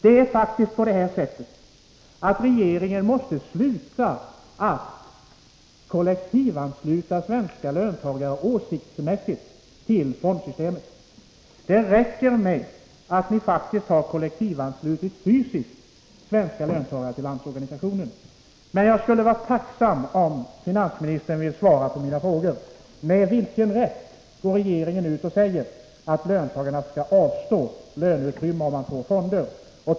Regeringen måste faktiskt sluta att kollektivansluta svenska löntagare åsiktsmässigt till fondsystemet. Det räcker med att ni faktiskt fysiskt kollektivanslutit svenska löntagare till SAP via Landsorganisationen. Jag skulle vara tacksam om finansministern ville svara på mina frågor. Med vilken rätt går regeringen ut och säger att löntagarna skall avstå löneutrymme om man får fonder?